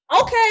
okay